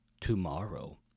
tomorrow